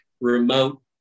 remote